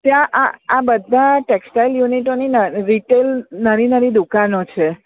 ત્યાં આ આ બધાં ટેક્સટાઇલ યુનિટોની નાની રેટેલ નાની નાની દુકાનો છે